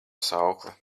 saukli